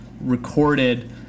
recorded